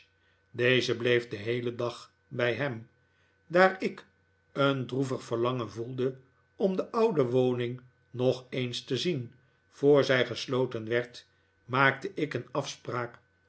deze bleef den heelen dag bij hem daar ik een droevig verlangen voelde om de oude woning nog eens te zien voor zij gesloten werd maakte ik een afspraak